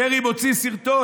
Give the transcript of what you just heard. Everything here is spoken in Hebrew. דרעי מוציא סרטון,